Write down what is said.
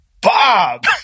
Bob